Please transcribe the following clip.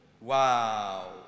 Wow